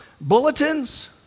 Bulletins